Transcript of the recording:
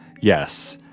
Yes